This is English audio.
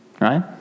right